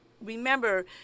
remember